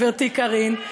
חברתי קארין,